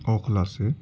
اوکھلا سے